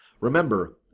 Remember